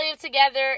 together